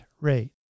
rate